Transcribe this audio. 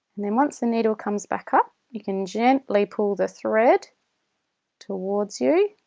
and then once the needle comes back up you can gently pull the thread towards you